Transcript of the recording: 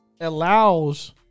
allows